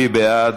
מי בעד?